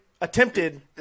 attempted